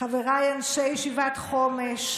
חבריי אנשי ישיבת חומש,